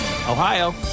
Ohio